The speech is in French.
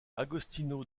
agostino